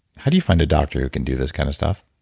how do you find a doctor who can do this kind of stuff?